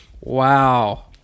wow